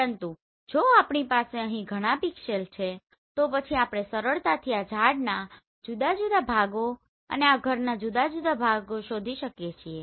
પરંતુ જો આપણી પાસે અહીં ઘણા પિક્સેલ્સ છે તો પછી આપણે સરળતાથી આ ઝાડના જુદા જુદા ભાગો અને આ ઘરના જુદા જુદા ભાગો શોધી શકીએ છીએ